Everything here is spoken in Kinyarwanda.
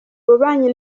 ububanyi